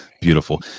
Beautiful